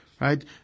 Right